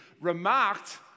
remarked